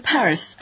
Paris